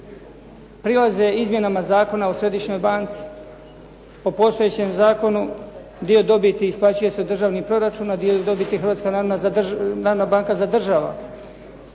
prilaze izmjenama Zakona o središnjoj banci. Po postojećem zakonu dio dobiti isplaćuje se u državni proračun, a dio dobiti Hrvatska narodna banka zadržava.